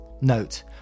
Note